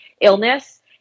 illness